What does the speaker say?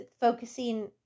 focusing